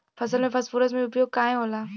फसल में फास्फोरस के उपयोग काहे होला?